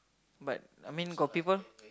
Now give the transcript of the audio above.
but I mean got people